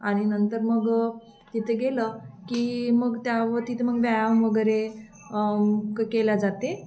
आणि नंतर मग तिथं गेलं की मग त्यावर तिथं मग व्यायाम वगैरे क केल्या जाते